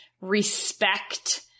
respect